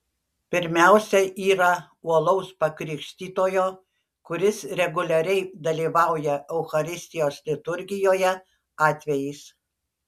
pirmiausia yra uolaus pakrikštytojo kuris reguliariai dalyvauja eucharistijos liturgijoje atvejis